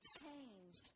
change